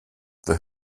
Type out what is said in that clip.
the